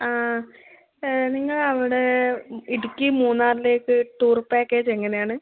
ആ നിങ്ങടവിടെ ഇടുക്കി മൂന്നാറിലേക്ക് ടൂറ് പാക്കേജ് എങ്ങനെയാണ്